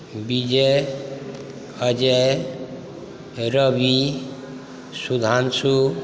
Vijay Ajay Ravi Sudhanshu